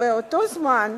באותו זמן,